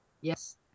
Yes